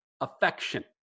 affection